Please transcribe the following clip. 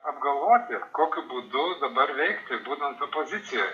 apgalvoti kokiu būdu dabar veikti būnant opozicijoj